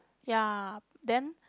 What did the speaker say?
ya then